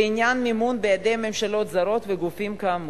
בעניין מימון בידי ממשלות זרות וגופים כאמור,